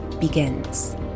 begins